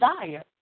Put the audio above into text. desire